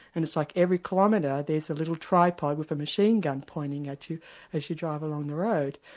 and it's like every kilometre there's a little tripod with a machinegun pointing at you as you drive along the road.